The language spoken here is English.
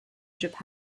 japan